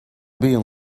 being